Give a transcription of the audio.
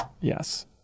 yes